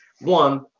one